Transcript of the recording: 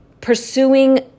pursuing